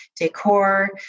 decor